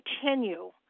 continue